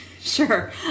Sure